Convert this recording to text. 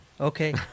Okay